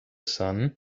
sun